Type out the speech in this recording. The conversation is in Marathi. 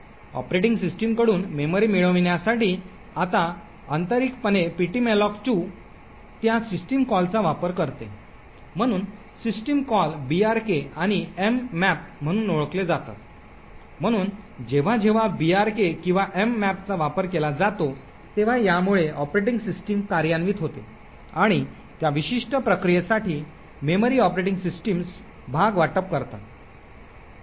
ऑपरेटिंग सिस्टमकडून मेमरी मिळविण्यासाठी आता आंतरिकपणे ptmalloc2 त्या सिस्टीम कॉलचा वापर करते म्हणून सिस्टीम कॉल brk आणि mmap म्हणून ओळखले जातात म्हणून जेव्हा जेव्हा brk किंवा mmapचा वापर केला जातो तेव्हा यामुळे ऑपरेटिंग सिस्टम कार्यान्वित होते आणि त्या विशिष्ट प्रक्रियेसाठी मेमरी ऑपरेटिंग सिस्टम्स भाग वाटप करतात